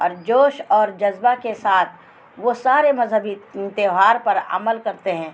اور جوش اور جذبہ کے ساتھ وہ سارے مذہبی تہوار پر عمل کرتے ہیں